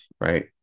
right